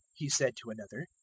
he said to another.